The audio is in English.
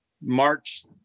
March